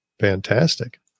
fantastic